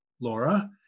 Laura